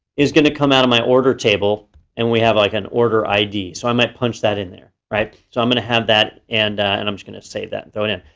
is going to come out of my order table and we have like an order id. so i might punch that in there, right. so i'm going to have that and and i'm just going to save that, throw it in.